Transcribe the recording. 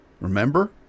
Remember